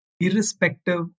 irrespective